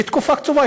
לתקופה קצובה,